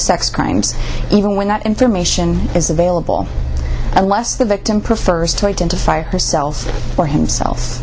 sex crimes even when that information is available unless the victim prefers to identify herself or himself